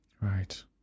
right